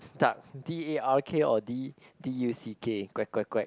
dark d_a_r_k or D d_u_c_k quack quack quack